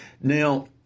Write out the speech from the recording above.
Now